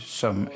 som